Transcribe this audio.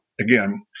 again